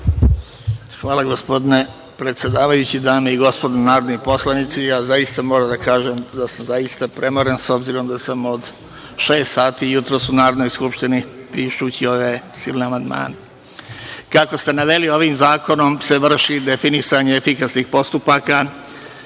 Hvala, gospodine predsedavajući. Dame i gospodo narodni poslanici, zaista moram da kažem da sam zaista premoren, s obzirom da sam od šest sati jutros u Narodnoj skupštini, pišući ove silne amandmane. Kako ste naveli ovim zakonom se vrši definisanje efikasnih postupaka,